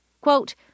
Quote